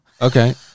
Okay